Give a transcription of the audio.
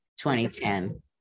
2010